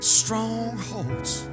strongholds